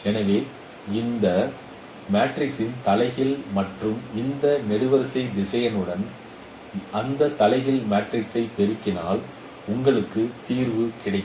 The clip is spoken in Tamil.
எனவே இந்த மேட்ரிக்ஸின் தலைகீழ் மற்றும் இந்த நெடுவரிசை திசையனுடன் அந்த தலைகீழ் மேட்ரிக்ஸைப் பெருக்கினால் உங்களுக்கு தீர்வு கிடைக்கும்